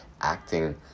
acting